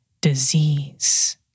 disease